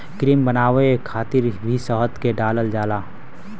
cream बनावे खातिर भी शहद के डालल जाला